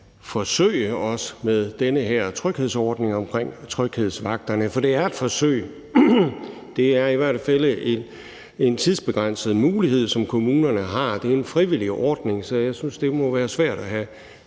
forsøge os med den her tryghedsordning med tryghedsvagter, for det er et forsøg. Det er i hvert fald en tidsbegrænset mulighed, som kommunerne har. Det er en frivillig ordning, så jeg synes, det må være svært at have